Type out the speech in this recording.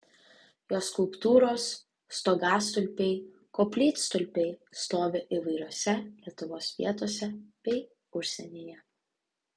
jo skulptūros stogastulpiai koplytstulpiai stovi įvairiose lietuvos vietose bei užsienyje